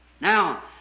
Now